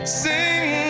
sing